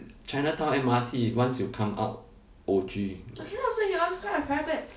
chinatown M_R_T once you come out O_G